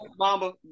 Bamba